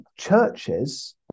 churches